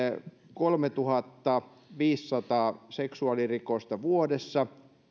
kolmetuhattaviisisataa seksuaalirikosta vuodessa